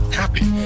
happy